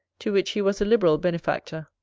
to which he was a liberal benefactor.